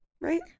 Right